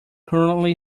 currently